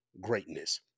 greatness